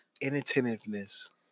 Inattentiveness